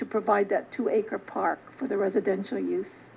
to provide a two acre park for the residential use